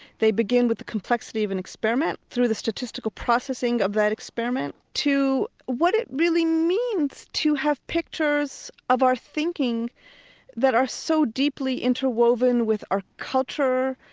they begin with a complexity of an experiment, through the statistical processing of that experiment to what it really means to have pictures of our thinking that are so deeply interwoven with our culture,